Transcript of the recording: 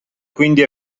quindi